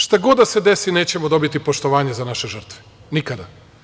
Šta god da se desi, nećemo dobiti poštovanje za naše žrtve nikad.